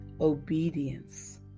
Obedience